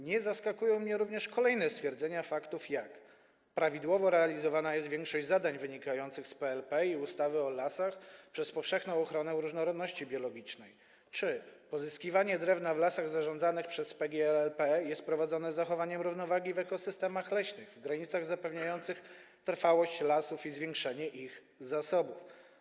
Nie zaskakują mnie również kolejne stwierdzenia faktów: prawidłowo realizowana jest większość zadań wynikających z PLP i ustawy o lasach przez powszechną ochronę różnorodności biologicznej; pozyskiwanie drewna w lasach zarządzanych przez PGL LP jest prowadzone z zachowaniem równowagi w ekosystemach leśnych w granicach zapewniających trwałość lasów i zwiększenie ich zasobów.